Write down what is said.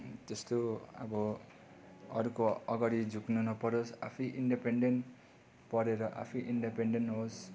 त्यस्तो अब अरूको अगाडि झुक्न नपरोस् आफै इन्डिपेनडेन्ट पढेर आफै इन्डिपेनडेन्ट होस्